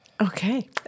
Okay